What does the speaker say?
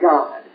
God